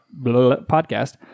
podcast